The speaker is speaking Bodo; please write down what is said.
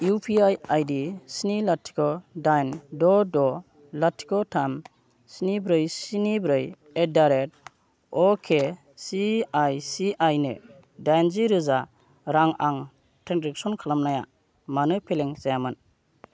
इउ पि आइ आइडि स्नि लाथिख' दाइन द' द' लाथिख' थाम स्नि ब्रै स्नि ब्रै at the rate okay C I C I नो दाइनजि रोजा रां आं ट्रेन्जेक्सन खालामनाया मानो फेलें जायामोन